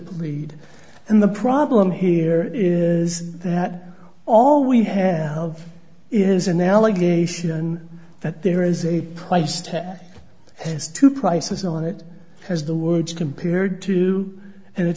plead and the problem here is that all we have is an allegation that there is a place to has to prices on it has the words compared to and it